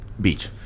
beach